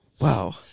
Wow